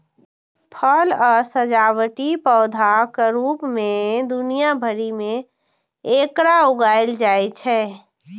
फल आ सजावटी पौधाक रूप मे दुनिया भरि मे एकरा उगायल जाइ छै